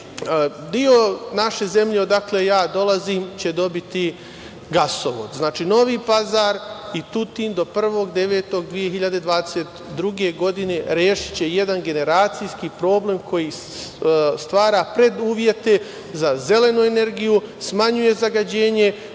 deo naše zemlje odakle dolazim će dobiti gasovod. Znači, Novi Pazar i Tutin do 1.9.2022. godine rešiće jedan generacijski problem koji stvara preduvjete za zelenu energiju, smanjuje zagađenje,